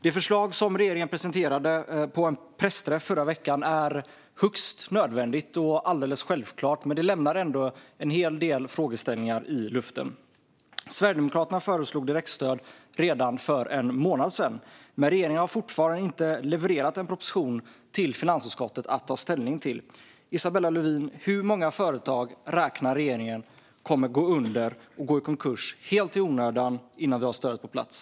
Det förslag som regeringen presenterade på en pressträff förra veckan är högst nödvändigt och alldeles självklart. Men det lämnar ändå en hel del frågeställningar i luften. Sverigedemokraterna föreslog direktstöd redan för en månad sedan. Men regeringen har fortfarande inte levererat en proposition till finansutskottet att ta ställning till. Isabella Lövin, hur många företag räknar regeringen med kommer att gå under och gå i konkurs helt i onödan innan vi har stöd på plats?